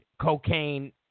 cocaine